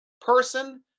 person